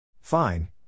Fine